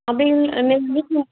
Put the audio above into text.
அப்படின்னு நீங்கள் நீக்கி